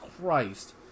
Christ